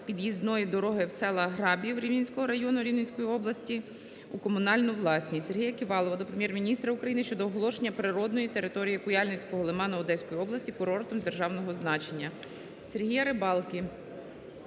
під'їзної дороги в села Грабів, Рівненського району, Рівненської області у комунальну власність. Сергія Ківалова до Прем'єр-міністра України щодо оголошення природної території Куяльницького лиману Одеської області курортом державного значення.